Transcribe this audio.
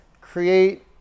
Create